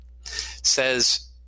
says